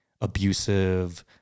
abusive